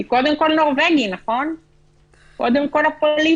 כי קודם כול נורבגי, קודם כול הפוליטיקה.